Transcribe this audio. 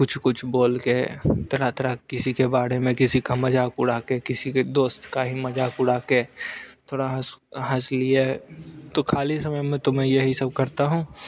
कुछ कुछ बोल कर तरह तरह किसी के बारे में किसी का मज़ाक उड़ा के किसी कर दोस्त का ही मज़ाक उड़ा कर थोड़ा हँस हँस लिए तो ख़ाली समय में तो मैं यही सब करता हूँ